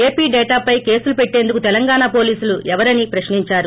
AP డేటాపై కేసులు పెట్టేందుకు తెలంగాణ పోలీసులు ఎవరని ప్రశ్నించారు